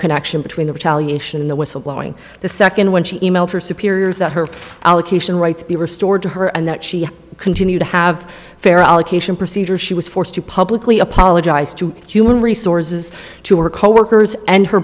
connection between the retaliation the whistle blowing the second when she e mailed her superiors that her allocution rights be restored to her and that she continue to have fair allocation procedures she was forced to publicly apologize to human resources to her coworkers and her